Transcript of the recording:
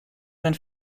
sein